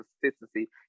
consistency